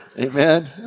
Amen